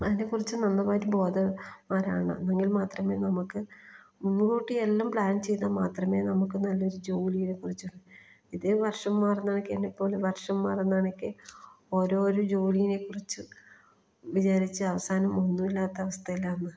അതിനെക്കുറിച്ച് നന്നായിട്ട് ബോധവാന്മാരാണ് എന്നെങ്കിൽ മാത്രമേ നമുക്ക് മുൻ കൂട്ടിയെല്ലാം പ്ലാൻ ചെയ്താൽ മാത്രമേ നമുക്ക് നല്ലൊരു ജോലീനേക്കുറിച്ച് ഇതേ വർഷം മാറുന്ന കണക്കുതന്നെ ഇപ്പോൾ ഒരു വർഷം മാറുന്ന കണക്കേ ഓരോരോ ജോലിനേക്കുറിച്ച് വിചാരിച്ച് അവസാനം ഒന്നൂല്ലാത്ത അവസ്ഥയിലാണ്